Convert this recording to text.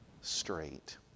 straight